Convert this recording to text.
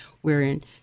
wherein